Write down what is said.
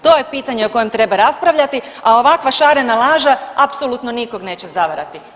To je pitanje o kojem treba raspravljati, a ovakva šarena laža apsolutno nikog neće zavarati.